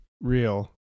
real